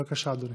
בבקשה, אדוני.